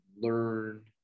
learn